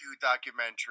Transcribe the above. documentary